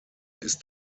ist